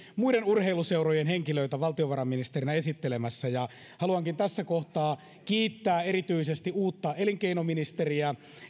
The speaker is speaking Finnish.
muiden urheiluseurojen henkilöitä valtiovarainministereinä esittelemässä haluankin tässä kohtaa kiittää erityisesti uutta elinkeinoministeriä